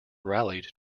rallied